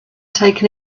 taken